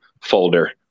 folder